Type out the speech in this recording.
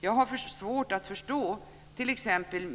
Jag har svårt att förstå t.ex.